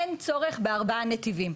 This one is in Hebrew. אין צורך בארבעה נתיבים.